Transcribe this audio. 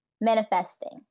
Manifesting